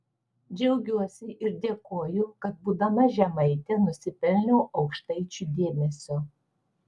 džiaugiuosi ir dėkoju kad būdama žemaitė nusipelniau aukštaičių dėmesio